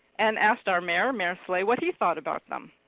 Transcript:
and asked our mayor, mayor slay, what he thought about them.